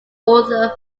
author